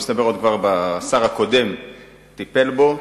ומסתבר שכבר השר הקודם טיפל בו.